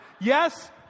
Yes